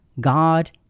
God